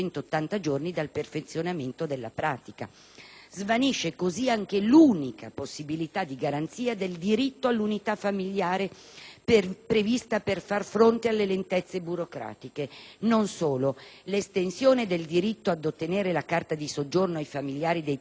Svanisce così anche l'unica possibilità di garanzia del diritto all'unità familiare, prevista per far fronte alle lentezze burocratiche. Non solo, l'estensione del diritto ad ottenere la carta di soggiorno ai familiari dei titolari della stessa